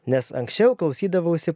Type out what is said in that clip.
nes anksčiau klausydavausi